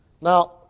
Now